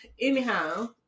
anyhow